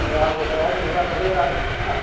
लाबोग्राया बेलेक लाबदोंलै आं